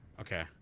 Okay